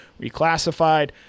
reclassified